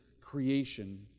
creation